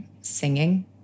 singing